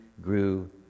grew